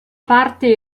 parte